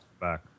Back